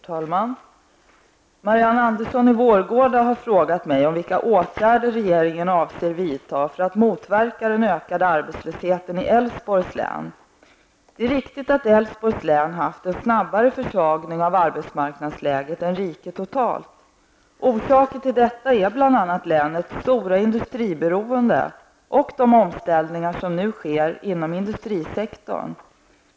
Herr talman! Marianne Andersson i Vårgårda har frågat mig om vilka åtgärder regeringen avser vidta för att motverka den ökade arbetslösheten i Det är riktigt att Älvsborgs län haft en snabbare försvagning av arbetsmarknadsläget än riket totalt. Orsaken till detta är bl.a. länets stora industriberoende och de omställningar som nu sker inom industrisektorn.